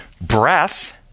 breath